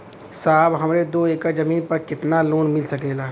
साहब हमरे दो एकड़ जमीन पर कितनालोन मिल सकेला?